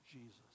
Jesus